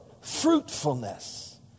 fruitfulness